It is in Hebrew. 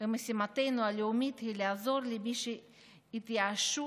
ומשימתנו הלאומית היא לעזור למי שהתייאשו